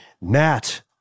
Matt